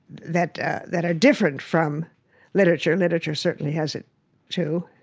that that are different from literature. literature certainly has it too,